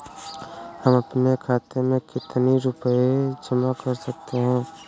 हम अपने खाते में कितनी रूपए जमा कर सकते हैं?